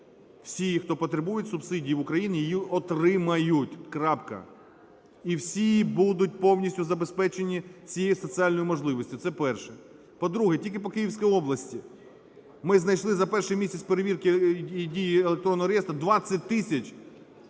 всі, хто потребують субсидій в Україні, її отримають – крапка. І всі будуть повністю забезпечені цією соціальною можливістю. Це перше. По-друге, тільки по Київській області ми знайшли за перший місяць перевірки і дії електронного реєстру 20 тисяч